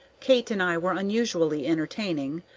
kate and i were unusually entertaining,